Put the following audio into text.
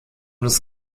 des